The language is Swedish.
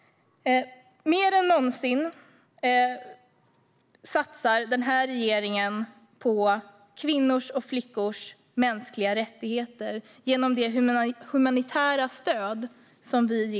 Mer än någonsin satsar regeringen på kvinnors och flickors mänskliga rättigheter genom det humanitära stöd som ges i biståndet.